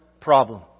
problem